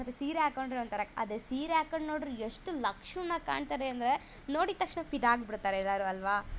ಮತ್ತು ಸೀರೆ ಹಾಕೊಂಡ್ರೆ ಒಂಥರ ಅದೇ ಸೀರೆ ಹಾಕಂಡ್ ನೋಡಿರಿ ಎಷ್ಟು ಲಕ್ಷಣವಾಗಿ ಕಾಣ್ತಾರೆ ಅಂದರೆ ನೋಡಿದ ತಕ್ಷಣ ಫಿದಾ ಆಗಿಬಿಡ್ತಾರೆ ಎಲ್ಲರೂ ಅಲ್ಲವಾ